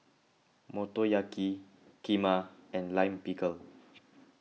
Motoyaki Kheema and Lime Pickle